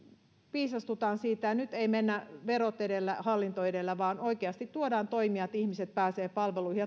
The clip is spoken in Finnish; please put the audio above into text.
viisastutaan siitä eikä mennä nyt verot edellä ja hallinto edellä vaan oikeasti tuodaan sellaisia toimia että ihmiset pääsevät palveluihin